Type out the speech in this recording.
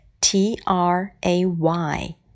T-R-A-Y